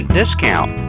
discount